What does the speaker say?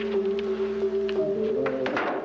you know